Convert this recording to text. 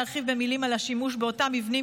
להרחיב במילים על השימוש באותם מבנים